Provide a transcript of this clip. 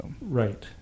Right